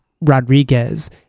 Rodriguez